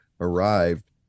arrived